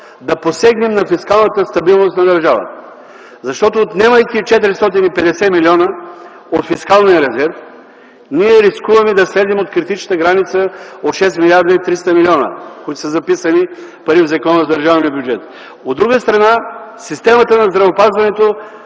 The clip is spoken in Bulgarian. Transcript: да посегнем на фискалната стабилност на държавата, защото отнемайки 450 милиона от фискалния резерв, ние рискуваме да слезем под критичната граница от 6 млрд. 300 млн. лв., които са записани като пари в Закона за държавния бюджет. От друга страна системата на здравеопазването